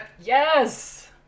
Yes